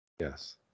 Yes